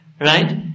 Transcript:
right